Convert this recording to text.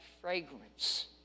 fragrance